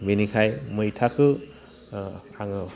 बेनिखायनो मैथाखौ आङो